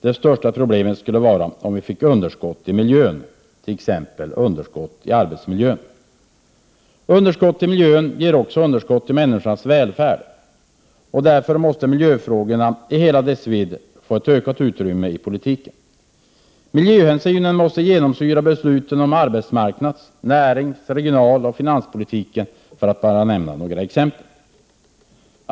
Det största problemet skulle vara om det blev underskott i miljön, t.ex. i arbetsmiljön. Underskott i miljön ger också underskott i människornas välfärd. Därför måste miljöfrågorna i hela sin vidd få ett ökat utrymme i politiken. Miljöhänsynen måste genomsyra besluten om arbetsmarknads-, närings-, regionaloch finanspolitiken, för att bara nämna några exempel.